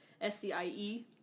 S-C-I-E